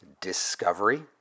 discovery